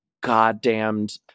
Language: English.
goddamned